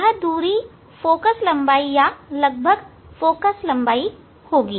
यह दूरी फोकल लंबाई या लगभग फोकल लंबाई होगी